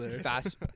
fast